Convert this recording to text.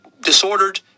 disordered